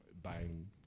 buying